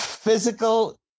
Physical